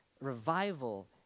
Revival